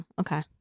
okay